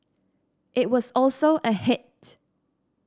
it was also a hit